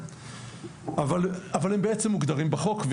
אבל הם בעצם מוגדרים בחוק.